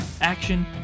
action